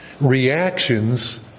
reactions